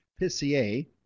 pissier